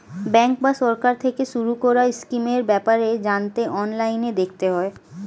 bank বা সরকার থেকে শুরু করা স্কিমের ব্যাপারে জানতে অনলাইনে দেখতে হয়